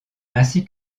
ainsi